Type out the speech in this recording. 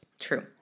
True